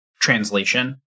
translation